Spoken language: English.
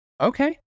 Okay